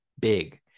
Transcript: big